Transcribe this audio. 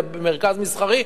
למרכז מסחרי,